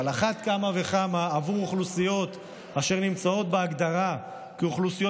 על אחת כמה וכמה עבור אוכלוסיות אשר בהגדרה הן אוכלוסיות